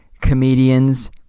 comedians